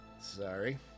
Sorry